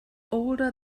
older